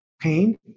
pain